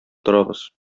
торабыз